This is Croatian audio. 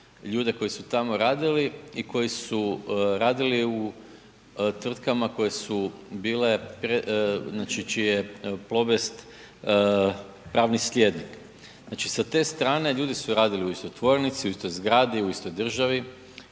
ljude koji su tamo radili i koji su radili u tvrtkama koje su bile, znači čiji je Plobest pravni slijednik. Znači, sa te strane ljudi su radili u istoj tvornici, u istoj zgradi, u istoj državi,